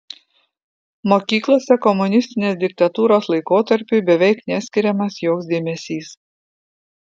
mokyklose komunistinės diktatūros laikotarpiui beveik neskiriamas joks dėmesys